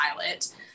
pilot